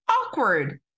awkward